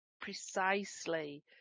precisely